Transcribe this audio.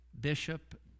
bishop